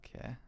Okay